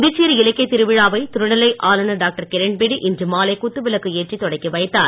புதுச்சேரி இலக்கியத் திருவிழாவை துணைநிலை ஆளுநர் டாக்டர் கிரண்பேடி இன்று மாலை குத்துவிளக்கு ஏற்றித் தொடக்கி வைத்தார்